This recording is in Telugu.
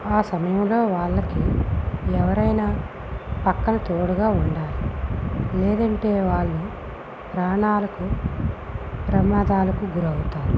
ఆ సమయంలో వాళ్ళకి ఎవరన్నా పక్కన తోడుగా ఉండాలి లేదంటే వాళ్ళు ప్రాణాలకు ప్రమాదాలకు గురి అవుతారు